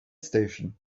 station